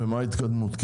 ומה ההתקדמות?